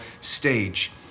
stage